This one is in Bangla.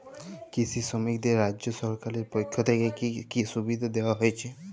কৃষি শ্রমিকদের রাজ্য সরকারের পক্ষ থেকে কি কি সুবিধা দেওয়া হয়েছে?